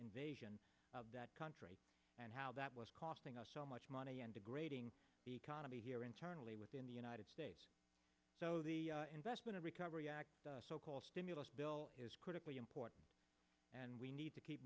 invasion of that country and how that was costing us so much money and degrading the economy here internally within the united states so the investment recovery act the so called stimulus bill is critically important and we need to keep